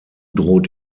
droht